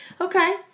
Okay